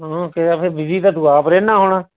ਹੋਰ ਸੇਵਾ ਫਿਰ ਬੀਜੀ ਤੂੰ ਆਪ ਰਹਿੰਦਾ ਹੋਣਾ